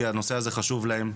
כי הנושא הזה חשוב להם.